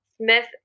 Smith